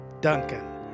Duncan